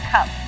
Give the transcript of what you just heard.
Cup